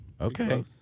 Okay